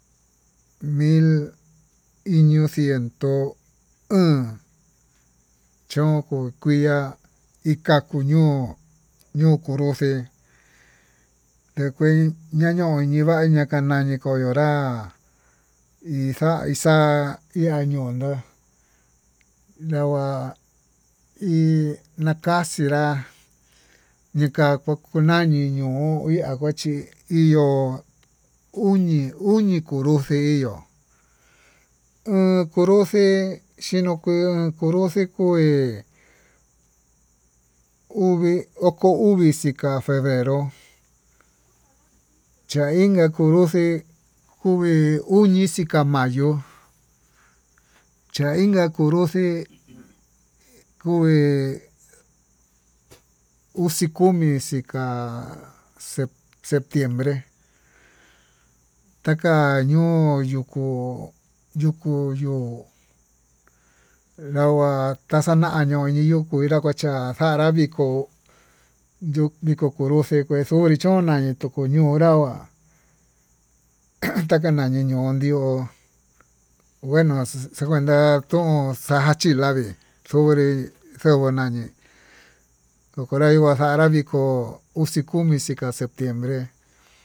Mil iño ciento o'on chón koo kui'á, ika'á kuño ñoo kunruxe ndekuan ñaño ñivaña kañañi kononrá ixa'a ixa'a iañondó nagua iin nakaxinrá ñika kua kuu ñañii ñuu, iha njuachí hi yo'ó uñi uñi kunruxi ihó iin konruxí xhinokui kunruxi kuii, uvi oko uvi xika febrero xa'a inka kunruxi kuvi uñi xiña mayó cha inka konruxi kuí uxii kumi uxi ka'a, septiembre taka ñuu ñuku ñuku ñuu nrava taxañaño ñiyo'ó, kuinra kacha xanraví ho yuu niku kunruxi kué kunii choná nituku ñonrá ajan taka ñanii non ndió ngueno xakuan tón cha'a tilavii xakua kunani tukunai kuxanrá viko uxi komi xhika septiembre.